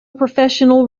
professional